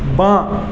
বাঁ